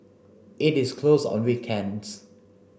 it is closed on weekends